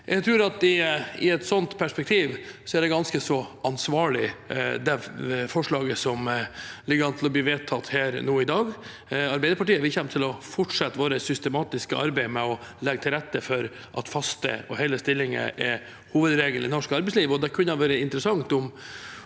i et sånt perspektiv er det ganske så ansvarlig, det forslaget som ligger an til å bli vedtatt her i dag. Vi i Arbeiderpartiet kommer til å fortsette vårt systematiske arbeid med å legge til rette for at faste og hele stillinger er hovedregelen i norsk arbeidsliv,